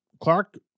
Clark